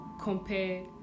compare